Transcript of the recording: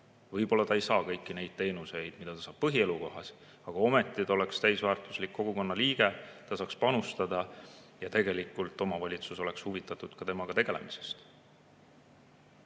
Võib-olla inimene ei saa seal kõiki neid teenuseid, mida ta saab põhielukohas, aga ometi ta oleks täisväärtuslik kogukonna liige. Ta saaks panustada ja tegelikult omavalitsus oleks huvitatud ka temaga tegelemisest.